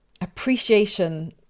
appreciation